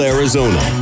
Arizona